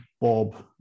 Bob